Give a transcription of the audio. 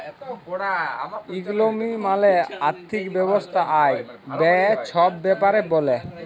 ইকলমি মালে আথ্থিক ব্যবস্থা আয়, ব্যায়ে ছব ব্যাপারে ব্যলে